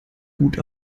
gut